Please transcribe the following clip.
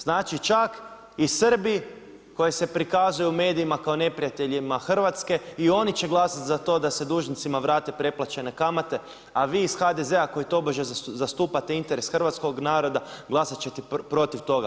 Znači, čak i Srbi koji se prikazuje u medijima kao neprijateljima Hrvatske i oni će glasati za to da se dužnicima vrate preplaćene kamate, a vi iz HDZ-a koji tobože zastupate interes hrvatskog naroda glasat ćete protiv toga.